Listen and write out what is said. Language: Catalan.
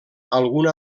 algun